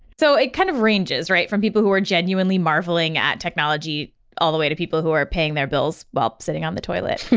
so it kind of ranges from people who are genuinely marvelling at technology all the way to people who are paying their bills while sitting on the toilet.